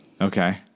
Okay